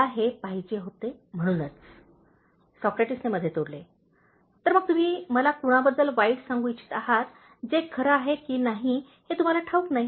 मला हे पाहिजे होते म्हणूनच सॉक्रेटिसने मध्ये तोडलेतर मग तुम्ही मला कुणाबद्दल वाईट सांगू इच्छित आहात जे खरे आहे की नाही हे तुम्हाला ठाऊक नाही